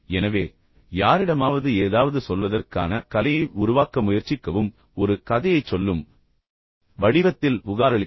எனவே யாரிடமாவது ஏதாவது சொல்வதற்கான கலையை உருவாக்க முயற்சிக்கவும் ஒரு கதையைச் சொல்லும் வடிவத்தில் புகாரளிக்கவும்